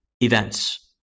events